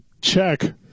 check